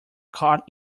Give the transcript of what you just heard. caught